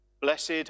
Blessed